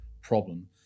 problem